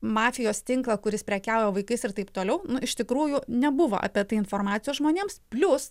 mafijos tinklą kuris prekiauja vaikais ir taip toliau nu iš tikrųjų nebuvo apie tai informacijos žmonėms plius